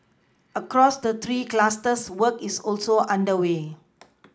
across the three clusters work is also underway